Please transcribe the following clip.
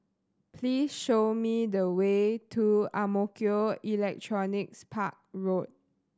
please show me the way to Ang Mo Kio Electronics Park Road